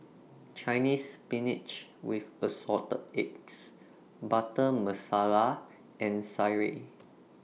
Chinese Spinach with Assorted Eggs Butter Masala and Sireh